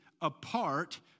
apart